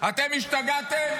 אתם השתגעתם?